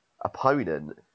opponent